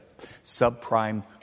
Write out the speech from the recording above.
subprime